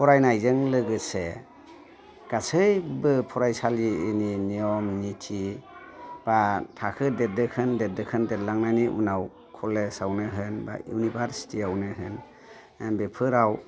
फरायनायजों लोगोसे गासैबो फरायसालिनि नियम निति बा थाखो देरदोखोन देरदोखोन देरलांनायनि उनाव कलेज आवनो होन बा इउनिभारसिटी आवनो होन बेफोराव